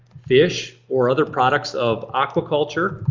fish, or other products of aquaculture,